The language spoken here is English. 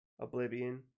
oblivion